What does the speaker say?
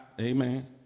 Amen